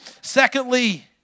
Secondly